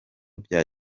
bya